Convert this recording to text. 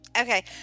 Okay